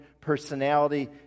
personality